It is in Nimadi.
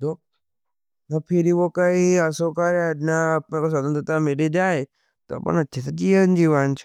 दो न फिर ही वो कही असो कर न अपने स्वतंतरता मिले जाए। तो अपना अच्छे साथ जीवांच।